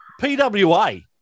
PWA